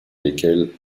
lesquels